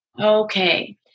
Okay